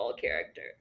character